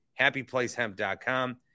happyplacehemp.com